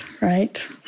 right